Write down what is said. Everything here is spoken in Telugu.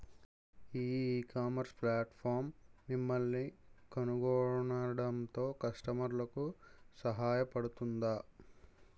ఈ ఇకామర్స్ ప్లాట్ఫారమ్ మిమ్మల్ని కనుగొనడంలో కస్టమర్లకు సహాయపడుతుందా?